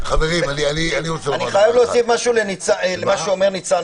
אני חייב להוסיף משהו למה שאומר ניצן.